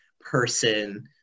person